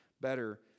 better